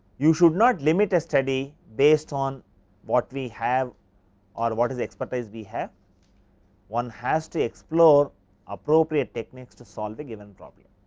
you should not limit a study based on what we have ah or what is expertise we have one has to explore appropriate techniques to solve a given problem.